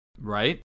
Right